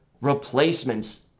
replacements